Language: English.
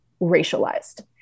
racialized